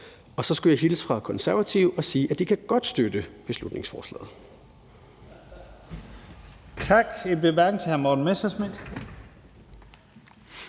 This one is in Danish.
Så skulle jeg hilse fra De Konservative og sige, at de godt kan støtte beslutningsforslaget.